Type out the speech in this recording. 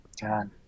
God